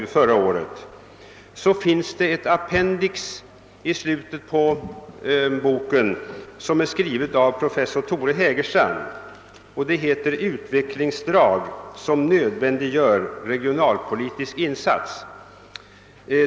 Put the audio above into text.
I slutet av det senare finns ett appendix som är skrivet av professor Torsten Hägerstrand och som heter »Utvecklingsdrag som nödvändiggör regionalpolitisk insats«.